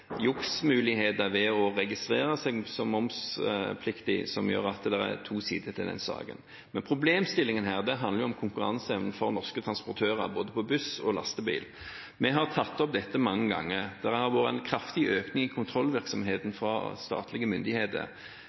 to sider ved denne saken. Men problemstillingen her handler om konkurranseevnen for norske transportører både på buss og lastebil. Vi har tatt opp dette mange ganger. Det har vært en kraftig økning i kontrollvirksomheten fra statlige myndigheter.